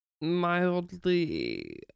mildly